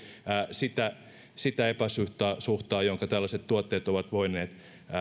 sitä sitä epäsuhtaa jonka tällaiset tuotteet ovat voineet